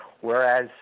Whereas